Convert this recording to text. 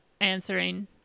answering